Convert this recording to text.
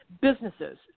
businesses